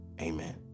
amen